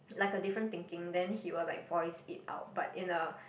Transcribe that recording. like a different thinking then he will like voice it out but in a